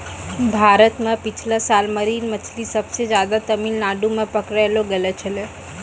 भारत मॅ पिछला साल मरीन मछली सबसे ज्यादे तमिलनाडू मॅ पकड़लो गेलो छेलै